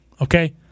Okay